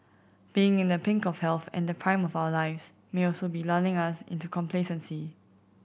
being in the pink of health and the prime of our lives may also be lulling us into complacency